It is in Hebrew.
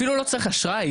אפילו לא צריך השראה,